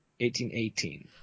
1818